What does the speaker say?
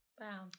Wow